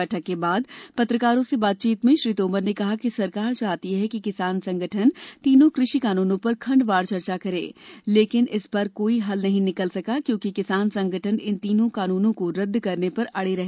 बैठक के बाद पत्रकारों से बातचीत में श्री तोमर ने कहा कि सरकार चाहती है कि किसान संगठन तीनों कृ षि कानूनों पर खंडवार चर्चा करें लेकिन इस पर कोई हल नहीं निकल सका क्योंकि किसान संगठन इन तीनों कानूनों को रद्द करने पर अड़े रहे